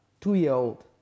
two-year-old